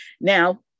Now